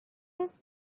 his